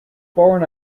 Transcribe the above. born